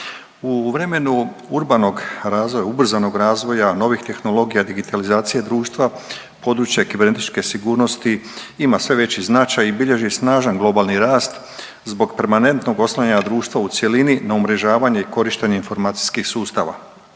U vremenu urbanog razvoja, ubrzanog razvoja novih tehnologija, digitalizacije društva područje kibernetičke sigurnosti ima sve veći značaj i bilježi snažan globalni rast zbog permanentnog oslanjanja društva u cjelini na umrežavanje i korištenje informacijskih sustava.